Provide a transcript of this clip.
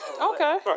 Okay